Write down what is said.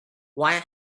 why